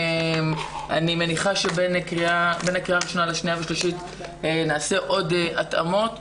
אני מניחה שבין הקריאה הראשונה לשנייה ושלישית נעשה עוד התאמות,